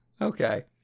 okay